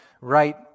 right